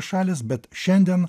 šalys bet šiandien